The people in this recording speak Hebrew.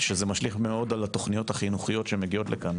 שזה משליך מאוד על התכניות החינוכיות שמגיעות לכאן,